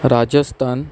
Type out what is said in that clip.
Rajasthan